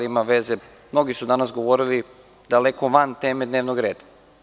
Mnogi su danas govorili daleko van teme dnevnog reda.